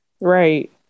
Right